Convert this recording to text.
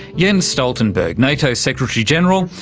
jens stoltenberg, nato's secretary general,